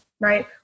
right